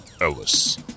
Ellis